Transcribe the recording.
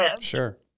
Sure